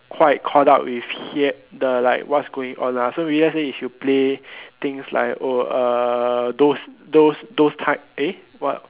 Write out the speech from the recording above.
quite caught up with yet uh like what's going on ah so if let's say if you play things like oh uh those those those type eh what